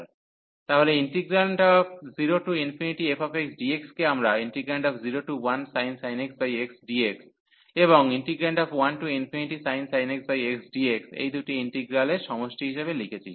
তাহলে 0fxdx কে আমরা 01sin x xdx এবং 1sin x xdx এই দুটি ইন্টিগ্রালের সমষ্টি হিসাবে লিখেছি